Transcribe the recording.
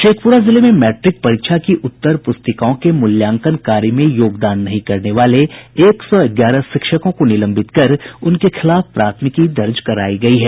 शेखपुरा जिले में मैट्रिक परीक्षा की उत्तर पुस्तिकाओं के मूल्यांकन कार्य में योगदान नहीं करने वाले एक सौ ग्यारह शिक्षकों को निलंबित कर उनके खिलाफ प्राथमिकी दर्ज करायी गयी है